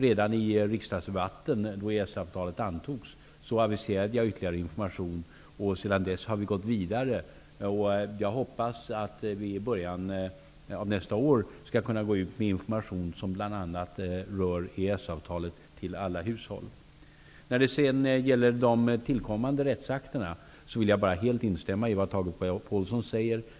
Redan i den riksdagsdebatt där EES-avtalet antogs aviserade jag ytterligare information. Sedan dess har vi gått vidare. Jag hoppas att vi i början av nästa år skall kunna nå ut till alla hushåll med information som bl.a. rör När det gäller de tillkommande rättsakterna instämmer jag helt i vad Tage Påhlsson säger.